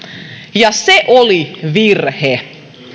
ja se oli virhe